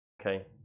Okay